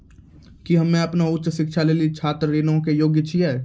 कि हम्मे अपनो उच्च शिक्षा लेली छात्र ऋणो के योग्य छियै?